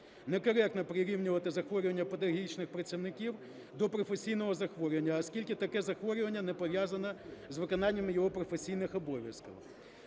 Некоректно прирівнювати захворювання педагогічних працівників до професійного захворювання, оскільки таке захворювання не пов'язано з виконанням його професійних обов'язків.